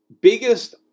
biggest